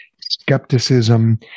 skepticism